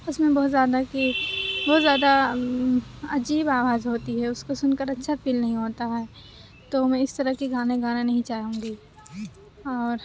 اُس میں بہت زیادہ کہ بہت زیادہ عجیب آواز ہوتی ہے اُس کو سُن کر اچھا فیل نہیں ہوتا ہے تو میں اِس طرح کے گانے گانا نہیں چاہوں گی اور